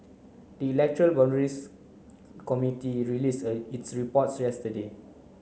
the electoral boundaries committee released its report yesterday